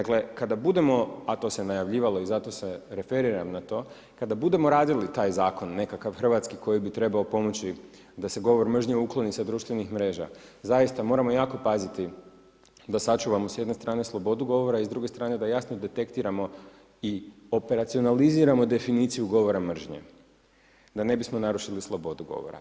Dakle kada budemo, a to se najavljivalo i zato se referiram na to, kada budemo radili taj zakon nekakav hrvatski koji bi trebao pomoći da se govor mržnje ukloni sa društvenih mreža, zaista moramo jako paziti da sačuvamo s jedne strane slobodu govora i s druge strane da jasno detektiramo i operacionaliziramo definiciju govora mržnje da ne bismo narušili slobodu govora.